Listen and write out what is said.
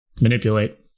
Manipulate